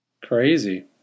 Crazy